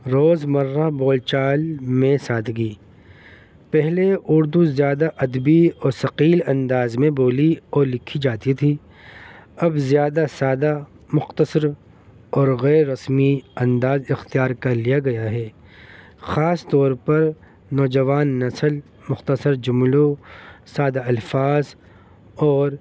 روز مرہ بول چال میں سادگی پہلے اردو زیادہ ادبی اور ثقیل انداز میں بولی اور لکھی جاتی تھی اب زیادہ سادہ مختصر اور غیر رسمی انداز اختیار کر لیا گیا ہے خاص طور پر نوجوان نسل مختصر جملوں سادہ الفاظ اور